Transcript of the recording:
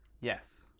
Yes